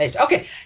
Okay